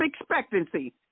expectancy